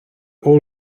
old